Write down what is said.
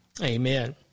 amen